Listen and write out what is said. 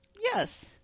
Yes